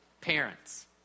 Parents